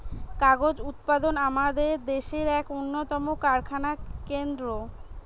কাগজ উৎপাদন আমাদের দেশের এক উন্নতম কারখানা কেন্দ্র